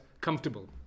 comfortable